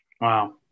wow